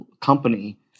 company